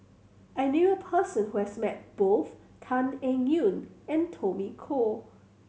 I knew a person who has met both Tan Eng Yoon and Tommy Koh